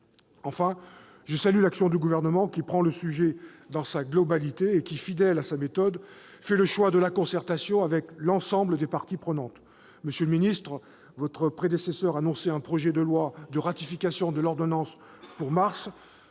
Enfin, je salue l'action du Gouvernement, qui prend le sujet dans sa globalité et qui, fidèle à sa méthode, fait le choix de la concertation avec l'ensemble des parties prenantes. Monsieur le ministre, votre prédécesseur annonçait un projet de loi de ratification de l'ordonnance pour le